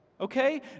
Okay